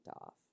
off